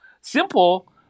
Simple